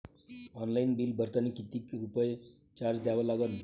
Online bill भरतानी कितीक रुपये चार्ज द्या लागन?